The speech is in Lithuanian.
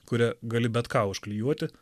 kuria gali bet ką užklijuoti